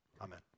amen